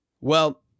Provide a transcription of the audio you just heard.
Well-